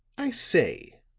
i say,